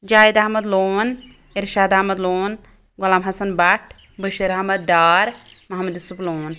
Javed Ahmad Lone Irshad Ahmad Lone Ghulam Hassan Bhat Bashir Ahmad Dar Mohammad Yousuf لون